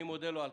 תודה.